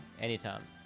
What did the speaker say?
anytime